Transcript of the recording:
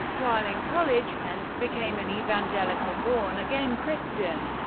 while in college, pence became an evangelical, born-again christian,